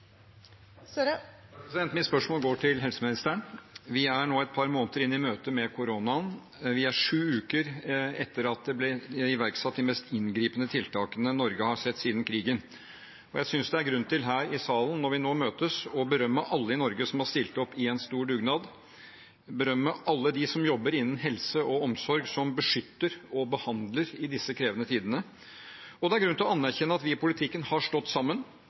Mitt spørsmål går til helseministeren. Vi er nå et par måneder inne i møtet med koronaen, det er sju uker siden de mest inngripende tiltakene Norge har sett siden krigen, ble iverksatt. Jeg synes det er grunn til her i salen, når vi nå møtes, å berømme alle i Norge som har stilt opp i en stor dugnad, berømme alle dem som jobber innen helse og omsorg, og som beskytter og behandler i disse krevende tidene. Og det er grunn til å anerkjenne at vi i politikken har stått sammen